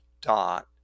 dot